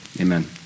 amen